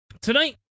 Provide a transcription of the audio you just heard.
Tonight